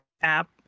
app